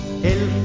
El